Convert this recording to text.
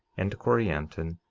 and corianton,